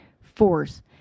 force